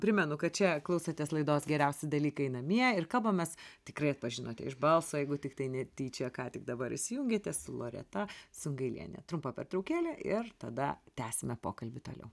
primenu kad čia klausotės laidos geriausi dalykai namie ir kalbamės tikrai atpažinote balso jeigu tiktai netyčia ką tik dabar įsijungėte su loreta sungailiene trumpa pertraukėlė ir tada tęsime pokalbį toliau